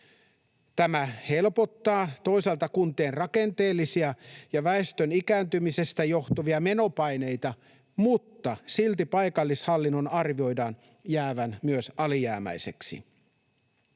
Tämä helpottaa toisaalta kuntien rakenteellisia ja väestön ikääntymisestä johtuvia menopaineita, mutta silti paikallishallinnon arvioidaan jäävän myös alijäämäiseksi.